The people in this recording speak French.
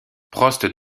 prost